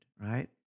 right